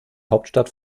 hauptstadt